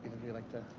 you lake to